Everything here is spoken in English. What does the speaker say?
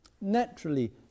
naturally